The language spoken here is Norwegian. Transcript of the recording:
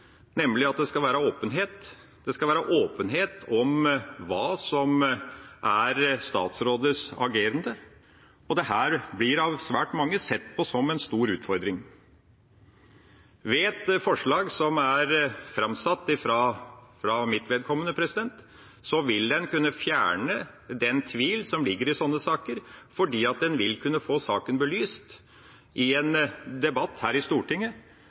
nemlig at det skal være åpenhet, det skal være åpenhet om hva som er statsråders agerende, og dette blir av svært mange sett på som en stor utfordring. Ved et slikt forslag som er framsatt av meg, vil en kunne fjerne den tvil som ligger i sånne saker, fordi en vil kunne få saken belyst i en debatt her i Stortinget,